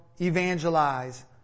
evangelize